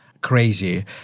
crazy